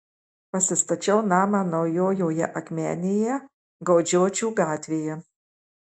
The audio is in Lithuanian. pasistačiau namą naujojoje akmenėje gaudžiočių gatvėje